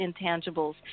intangibles